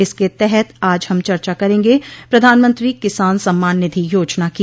इसके तहत आज हम चर्चा करेंगे प्रधानमंत्री किसान सम्मान निधि योजना की